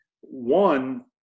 One